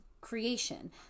Creation